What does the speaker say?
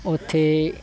ਉੱਥੇ